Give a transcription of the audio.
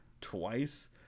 twice